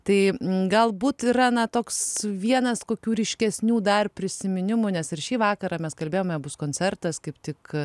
tai galbūt yra na toks vienas kokių ryškesnių dar prisiminimų nes ir šį vakarą mes kalbėjome bus koncertas kaip tik